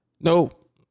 Nope